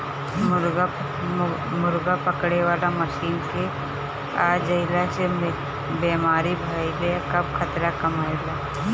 मुर्गा पकड़े वाला मशीन के आ जईला से बेमारी फईले कअ खतरा कम रहेला